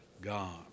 God